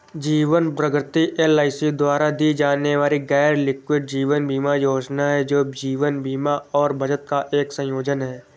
जीवन प्रगति एल.आई.सी द्वारा दी जाने वाली गैरलिंक्ड जीवन बीमा योजना है, जो जीवन बीमा और बचत का एक संयोजन है